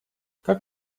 как